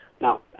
Now